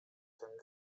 ten